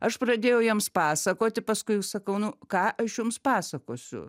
aš pradėjau jiems pasakoti paskui sakau nu ką aš jums pasakosiu